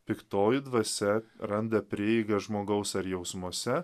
piktoji dvasia randa prieigą žmogaus ar jausmuose